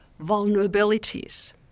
vulnerabilities